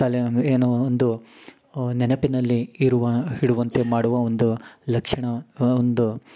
ತಲ ಏನೋ ಒಂದು ನೆನಪಿನಲ್ಲಿ ಇರುವ ಹಿಡುವಂತೆ ಮಾಡುವ ಒಂದು ಲಕ್ಷಣ ಒಂದು